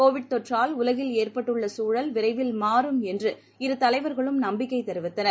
Covid தொற்றால் உலகில் ஏற்பட்டுள்ள சூழல் விரைவில் மாறும் என்று இரு தலைவர்களும் நம்பிக்கை தெரிவித்தனர்